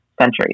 centuries